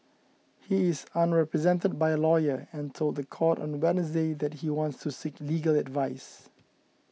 he is unrepresented by a lawyer and told the court on Wednesday that he wants to seek legal advice